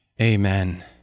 Amen